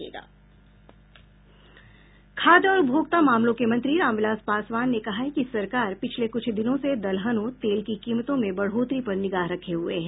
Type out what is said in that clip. खाद्य और उपभोक्ता मामलों के मंत्री रामविलास पासवान ने कहा है कि सरकार पिछले कुछ दिनों से दलहनों तेल की कीमतों में बढ़ोतरी पर निगाह रखें हुए हैं